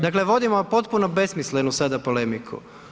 Dakle vodimo potpuno besmislenu sada polemiku.